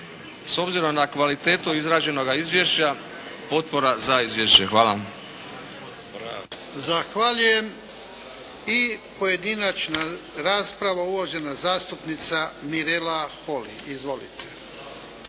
S obzirom na kvalitetu izrađenoga izvješća, potpora za izvješće. Hvala. **Jarnjak, Ivan (HDZ)** Zahvaljujem. Pojedinačna rasprava, uvažena zastupnica Mirela Holy. Izvolite.